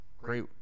great